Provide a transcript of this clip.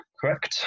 correct